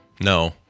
No